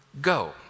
go